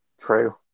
True